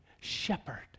shepherd